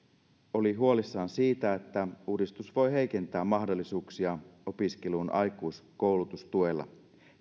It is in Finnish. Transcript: oli huolissaan siitä että uudistus voi heikentää mahdollisuuksia opiskeluun aikuiskoulutustuella